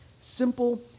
simple